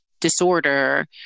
disorder